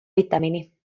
vitamiini